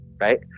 right